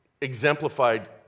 exemplified